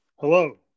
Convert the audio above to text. Hello